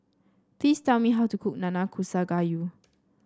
please tell me how to cook Nanakusa Gayu